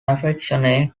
affectionate